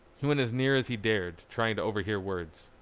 he went as near as he dared trying to overhear words.